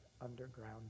underground